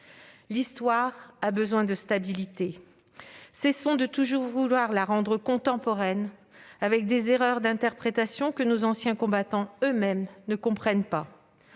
L'histoire a besoin de stabilité. Cessons de toujours vouloir la rendre contemporaine en commettant des erreurs d'interprétation que nos anciens combattants eux-mêmes ne comprennent pas.